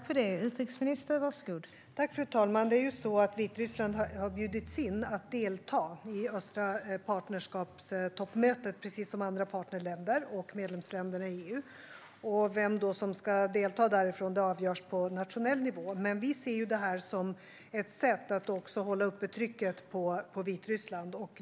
Fru talman! Vitryssland har bjudits in att delta i det östra partnerskapets toppmöte, precis som andra partnerländer och medlemsländerna i EU. Vem som ska delta därifrån avgörs på nationell nivå. Men vi ser detta som ett sätt att hålla uppe trycket på Vitryssland.